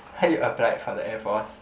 heard you applied for the Air Force